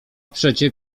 przecie